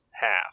half